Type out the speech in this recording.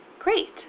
Great